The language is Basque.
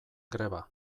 greba